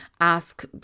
ask